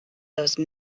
those